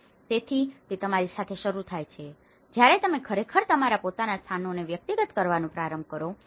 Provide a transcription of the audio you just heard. તેથી તે તમારી સાથે શરૂ થાય છે જ્યારે તમે ખરેખર તમારા પોતાના સ્થાનોને વ્યક્તિગત કરવાનું પ્રારંભ કરો છો